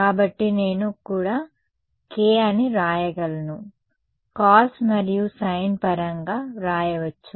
కాబట్టి నేను కూడా k అని వ్రాయగలను కాస్ మరియు సైన్ పరంగా వ్రాయవచ్చు